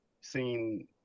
seen